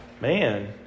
man